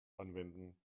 anwenden